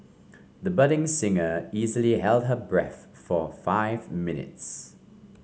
the budding singer easily held her breath for five minutes